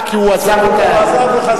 אה, כי הוא עזב את, הוא עזב וחזר.